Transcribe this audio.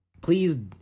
please